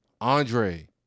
Andre